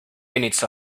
units